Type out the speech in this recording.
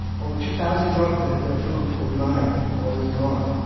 over two thousand drugs that had been approved or denied or withdrawn,